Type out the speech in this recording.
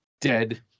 dead